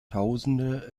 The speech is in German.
tausende